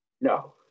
No